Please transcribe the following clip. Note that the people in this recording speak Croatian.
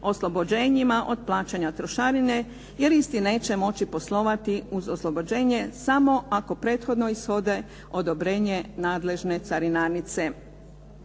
oslobođenjima od plaćanja trošarine, jer isti neće moći poslovati uz oslobođenje samo ako prethodno ishode odobrenje nadležne carinarnice.